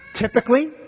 Typically